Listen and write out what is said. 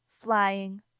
flying